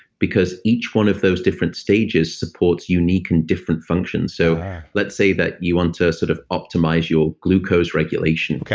because each one of those different stages supports unique and different functions. so let's say that you want to sort of optimize your glucose regulation.